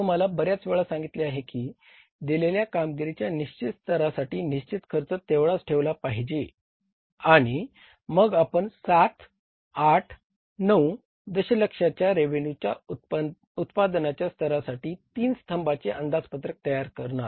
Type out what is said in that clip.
मी तुम्हाला बर्याच वेळा सांगितले आहे की दिलेल्या कामगिरीच्या निश्चित स्तरासाठी निश्चित खर्च तेवढाच ठेवला पाहिजे आणि मग आपण सात आठ नऊ दशलक्षाच्या रेव्हेन्यू उत्पादनाच्या स्तरासाठी तीन स्तंभाचे अंदाजपत्रक तयार करणार